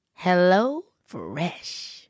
HelloFresh